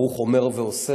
ברוך אומר ועושה,